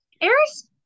Eris